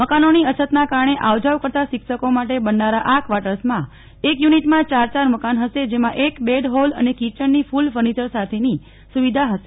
મકાનોની અછતનાં કારણે આવજાવ કરતા શિક્ષકો માટે બનનારા આ કવાર્ટર્સમાં એક યુનિટમાં ચાર ચાર મકાન હશે જેમાં એક બેડ હોલ અને કિચનની ફુલ ફર્નિચર સાથેની સુવિધા હશે